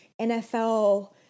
NFL